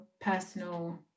personal